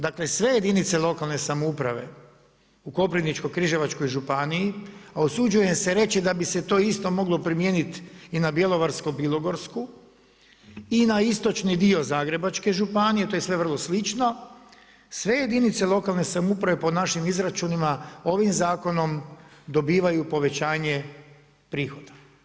Dakle, sve jedinice lokalne samouprave u Koprivničkoj križevačkoj županiji, a osuđujem se reći da bi se to isto moglo primijeniti i na Bjelovarsko bilogorsku i na istočni dio Zagrebačke županije, to je sve vrlo slične, sve jedinice lokalne samouprave po našim izračunima ovim zakonom dobivaju povećanje prihoda.